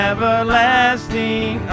everlasting